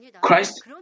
Christ